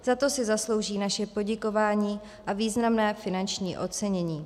Za to si zaslouží naše poděkování a významné finanční ocenění.